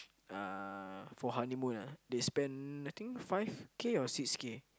uh for honeymoon ah they spent I think five K or six K